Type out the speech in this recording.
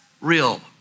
real